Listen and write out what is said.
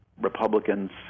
Republicans